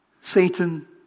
Satan